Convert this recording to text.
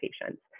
patients